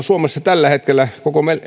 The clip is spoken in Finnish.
suomessa tällä hetkellä koko